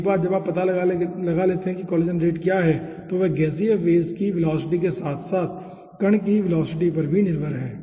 तो एक बार जब आप पता लगा लेते हैं कि कोलिजन रेट क्या है तो वे गैसीय फेज की वेलोसिटी के साथ साथ कण की वेलोसिटी पर भी निर्भर हैं